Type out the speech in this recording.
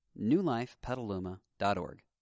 newlifepetaluma.org